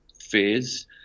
phase